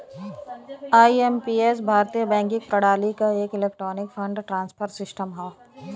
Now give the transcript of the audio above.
IMPS भारतीय banking प्रणाली क एक इलेक्ट्रॉनिक फंड ट्रांसफर सिस्टम हौ